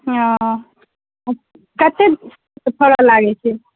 हँ कखन फड़य लागै छै